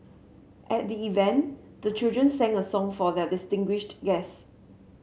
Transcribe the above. at the event the children sang a song for their distinguished guest